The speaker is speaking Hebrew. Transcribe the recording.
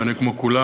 ואני כמו כולם,